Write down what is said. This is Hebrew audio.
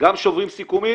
גם שוברים סיכומים